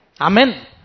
Amen